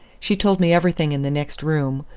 she told me everything in the next room,